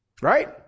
Right